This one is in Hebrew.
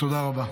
תודה רבה.